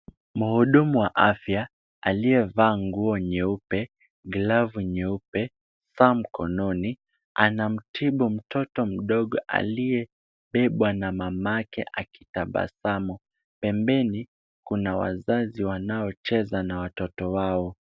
Mhudumu wa afya aliyevalia nguo nyeupe, glavu nyeupe saa mkononi, anamtibu mtoto mdogo aliyebebwa na mamake akitabasamu, pembeni kuna wazazi wanaocheza na watoto wao.